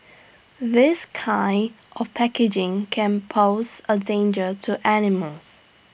this kind of packaging can pose A danger to animals